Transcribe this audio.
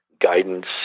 guidance